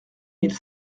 mille